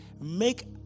make